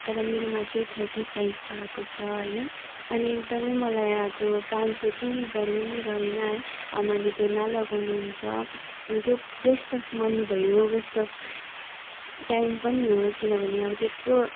तर मेरोमा चाहिँ थर्टी साइजको आएको छ होइन अनि एकदमै मलाई त्यो प्यान्टको केही भ्याल्यू नै रहेन है अब मैले त्यो न लगाउनु हुन्छ त्यो वेस्ट अफ मनी भयो वेस्ट अफ टाइम पनि हो किनभने अब त्यत्रो